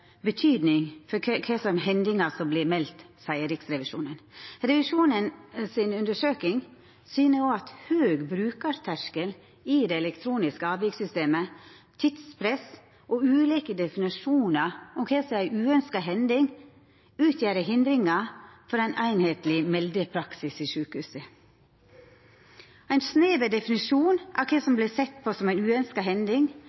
for kva slags hendingar som vert melde, seier Riksrevisjonen. Revisjonens undersøking syner også at høg brukarterskel i det elektroniske avvikssystemet, tidspress og ulike definisjonar av kva som er ei uønskt hending, utgjer hindringar for ein einsarta meldeparksis i sjukehusa. Ein snever definisjon av kva som vert sett på som ei uønskt hending,